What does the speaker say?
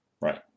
Right